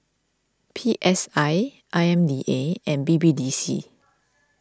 P S I I M D A and B B D C